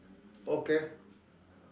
okay